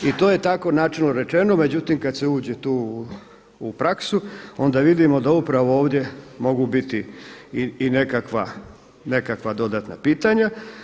I to je tako načelno rečeno, međutim kada se uđe tu u praksu onda vidimo da upravo ovdje mogu biti i nekakva dodatna pitanja.